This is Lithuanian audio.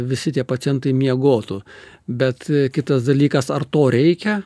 visi tie pacientai miegotų bet kitas dalykas ar to reikia